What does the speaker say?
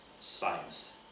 science